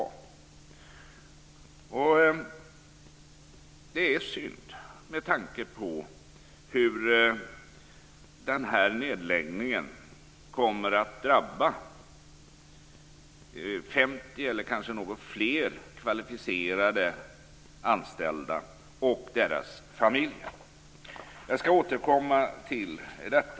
Det är synd med tanke på hur den här nedläggningen kommer att drabba 50 eller kanske fler kvalificerade anställda och deras familjer. Jag skall återkomma till detta.